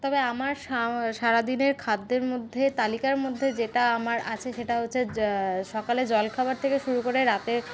তবে আমার সারাদিনের খাদ্যের মধ্যে তালিকার মধ্যে যেটা আমার আছে সেটা হচ্ছে সকালের জল খাবার থেকে শুরু করে রাতের